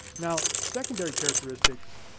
now secondary characteristics,